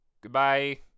Goodbye